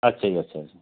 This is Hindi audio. अच्छा जी अच्छा जी